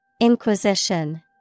Inquisition